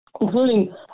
including